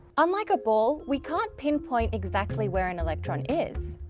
unlike a ball we can't pinpoint exactly where an electron is.